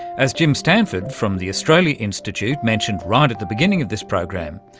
as jim stanford, from the australia institute, mentioned right at the beginning of this program,